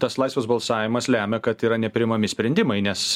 tas laisvas balsavimas lemia kad yra nepriimami sprendimai nes